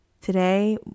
today